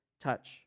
touch